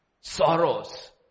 Sorrows